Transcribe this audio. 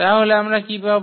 তাহলে আমরা কী পাব